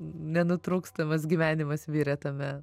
nenutrūkstamas gyvenimas virė tame